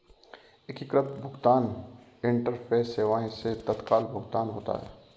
एकीकृत भुगतान इंटरफेस सेवाएं से तत्काल भुगतान होता है